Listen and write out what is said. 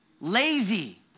lazy